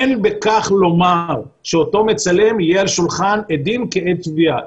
אין בכך לומר שאותו מצלם יהיה על שולחן עדים כעד תביעה.